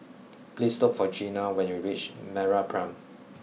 please look for Gina when you reach MeraPrime